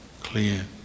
clear